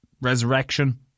resurrection